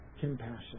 compassion